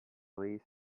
least